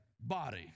body